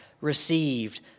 received